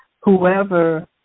Whoever